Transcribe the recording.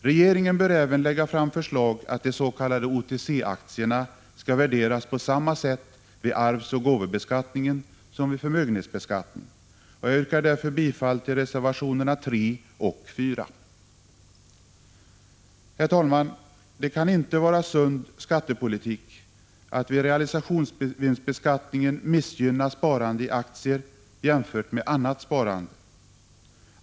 Regeringen bör även lägga fram förslag att de s.k. OTC-aktierna skall värderas på samma sätt vid arvsoch gåvobeskattningen som vid förmögenhetsbeskattningen, och jag yrkar därför bifall till reservationerna 3 och 4. Herr talman! Det kan inte vara sund skattepolitik att vid realisationsvinstbeskattningen missgynna sparande i aktier jämfört med annat sparande.